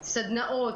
סדנאות,